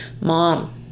Mom